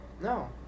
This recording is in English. No